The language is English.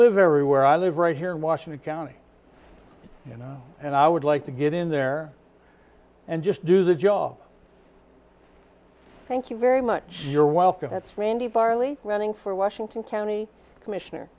live every where i live right here in washington county you know and i would like to get in there and just do the job thank you very much you're welcome that's randy barley running for washington county commissioner